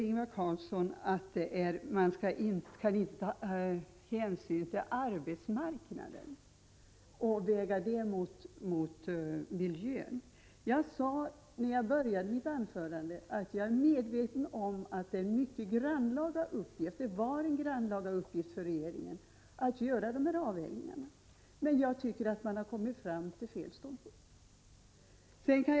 Ingvar Carlsson säger att man inte kan ta hänsyn till arbetsmarknadssituationen och väga dess krav mot miljökraven. Jag sade i början av mitt anförande att jag är medveten om att det är och var en grannlaga uppgift för regeringen att göra dessa avvägningar. Men jag tycker att man har kommit fram till fel ståndpunkt.